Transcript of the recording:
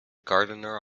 gardener